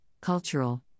cultural